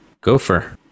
Gopher